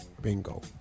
Bingo